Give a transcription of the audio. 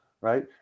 right